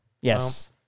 Yes